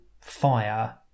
fire